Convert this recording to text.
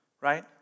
right